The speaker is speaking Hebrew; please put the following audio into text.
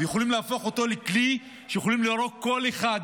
ויכולים להפוך אותו לכלי שיכולים להרוג איתו כל אחד.